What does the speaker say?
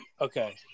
Okay